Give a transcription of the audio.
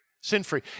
sin-free